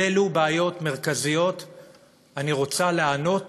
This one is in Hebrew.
על אילו בעיות מרכזיות אני רוצה לענות